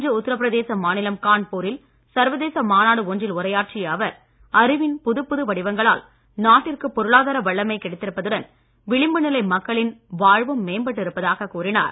இன்று உத்தரபிரதேச மாநிலம் கான்பூரில் சர்வதேச மாநாடு ஒன்றில் உரையாற்றிய அவர் அறிவின் புதுப்புது வடிவங்களால் நாட்டிற்கு பொருளாதார வல்லமை கிடைத்திருப்பதுடன் விளிம்புநிலை மக்களின் வாழ்வும் மேம்பட்டு இருப்பதாக கூறினார்